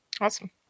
Awesome